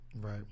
Right